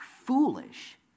foolish